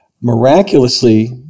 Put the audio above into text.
Miraculously